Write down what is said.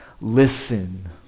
Listen